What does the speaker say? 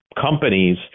companies